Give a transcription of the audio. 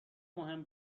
مهم